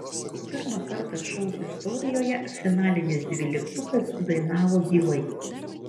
pirmą kartą šou istorijoje finalinis dvyliktukas dainavo gyvai